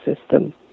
system